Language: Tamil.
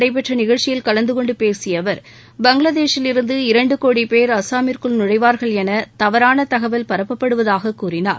நடைபெற்ற நிகழ்ச்சியில் கலந்தகொண்டு பேசிய அவர் பங்களாதேஷிலிருந்து மோரிகானில் இரண்டுகோடி பேர் அஸ்ஸாமிற்குள் நழைவார்கள் என தவறான தகவல் பரப்பப்படுவதாக கூறினார்